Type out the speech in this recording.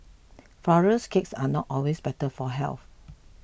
Flourless Cakes are not always better for health